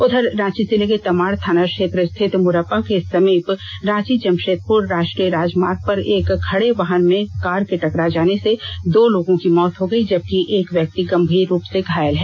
उधर रांची जिले के तमाड़ थाना क्षेत्र स्थित मुरपा के समीप रांची जमशेदपुर राष्ट्रीय राजमार्ग पर एक खड़े वाहन में एक कार के टकरा जाने से दो लोगों की मौत हो गई जबकि एक व्यक्ति गंभीर रुप से घायल है